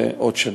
עוד שנה.